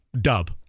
dub